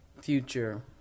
future